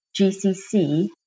GCC